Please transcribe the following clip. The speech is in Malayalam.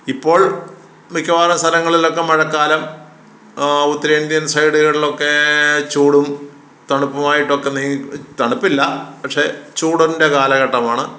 ഇപ്പോൾ മിക്കവാറും സ്ഥലങ്ങളിലൊക്കെ മഴക്കാലം ഉത്തരേന്ത്യൻ സൈഡുകളിലൊക്കെ ചൂടും തണുപ്പുമായിട്ടൊക്കെ ഈ തണുപ്പില്ല പക്ഷേ ചൂടിൻ്റെ കാലഘട്ടമാണ്